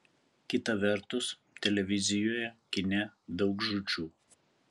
kita vertus televizijoje kine daug žūčių